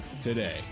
today